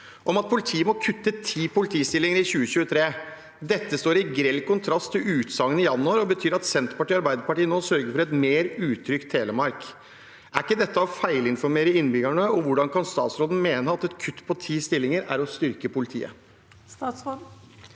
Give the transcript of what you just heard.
om at politiet må kutte ti politistillinger i 2023. Dette står i grell kontrast til utsagnet i januar og betyr at Senterpartiet og Arbeiderpartiet nå sørger for et mer utrygt Telemark. Er ikke dette å feilinformere innbyggerne, og hvordan kan statsråden mene at et kutt på ti stillinger er å styrke politiet?»